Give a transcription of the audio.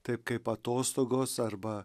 taip kaip atostogos arba